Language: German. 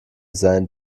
sein